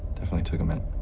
definitely took a minute,